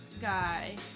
guy